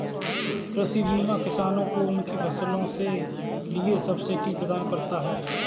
कृषि बीमा किसानों को उनकी फसलों के लिए सब्सिडी प्रदान करता है